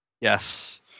Yes